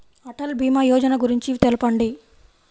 అటల్ భీమా యోజన గురించి తెలుపండి?